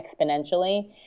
exponentially